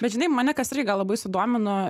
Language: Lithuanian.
bet žinai mane kas irgi gal labai sudomino